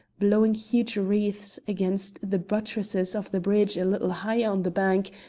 blowing huge wreaths against the buttresses of the bridge a little higher on the bank,